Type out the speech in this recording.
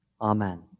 Amen